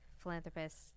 Philanthropist